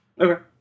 Okay